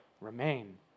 remain